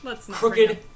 crooked